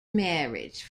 marriage